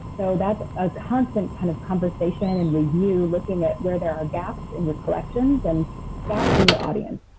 so that's a constant kind of conversation and review, looking at where there are gaps in your collections and gaps in your audience.